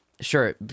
sure